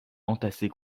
entassés